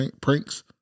pranks